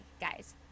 guys